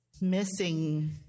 missing